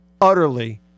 utterly